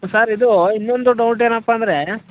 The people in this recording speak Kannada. ಸರ್ ಇದು ಇನ್ನೊಂದು ಡೌಟ್ ಏನಪ್ಪಾ ಅಂದರೆ